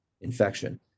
infection